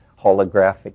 Holographic